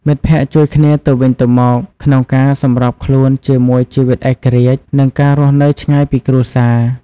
មិត្តភក្តិជួយគ្នាទៅវិញទៅមក ក្នុងការសម្របខ្លួនជាមួយជីវិតឯករាជ្យ និងការរស់នៅឆ្ងាយពីគ្រួសារ។